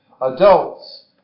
Adults